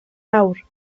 fawr